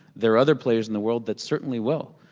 there are other players in the world that certainly will,